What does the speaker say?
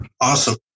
Awesome